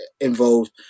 involved